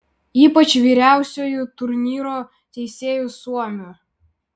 ypač vyriausiuoju turnyro teisėju suomiu